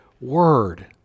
Word